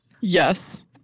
Yes